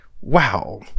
wow